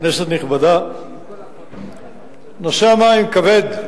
כנסת נכבדה, נושא המים כבד.